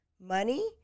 money